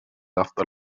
laughed